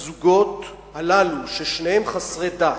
הזוגות הללו, ששניהם חסרי דת,